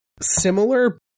Similar